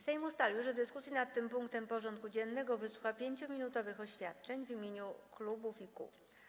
Sejm ustalił, że w dyskusji nad tym punktem porządku dziennego wysłucha 5-minutowych oświadczeń w imieniu klubów i kół.